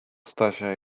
stasia